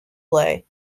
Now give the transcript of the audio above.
play